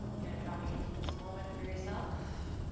kind of dropping into this moment for yourself.